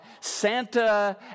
Santa